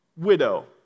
widow